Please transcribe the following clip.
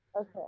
Okay